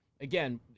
again